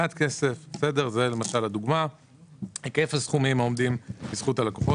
מעט כסף - היקף הסכומים העומדים לזכות הלקוחות,